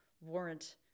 warrant